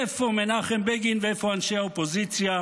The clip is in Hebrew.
איפה מנחם בגין ואיפה אנשי האופוזיציה,